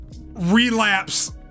Relapse